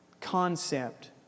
concept